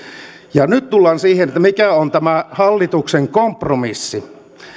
ja nyt tullaan siihen mikä on tämä hallituksen kompromissi